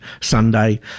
Sunday